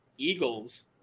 eagles